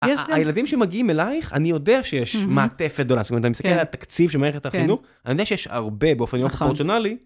הילדים שמגיעים אלייך, אני יודע שיש מעטפת גדולה, זאת אומרת, אני מסתכל על תקציב של מערכת החינוך, אני יודע שיש הרבה באופן יותר פרופרציונלי.